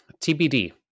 TBD